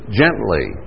gently